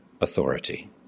authority